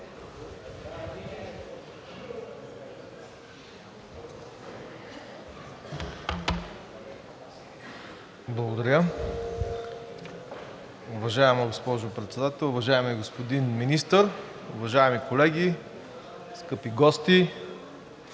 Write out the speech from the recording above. Благодаря. Уважаема госпожо Председател, уважаеми господин Вицепремиер, уважаеми колеги, скъпи гости!